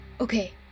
Okay